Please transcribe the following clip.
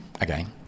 Again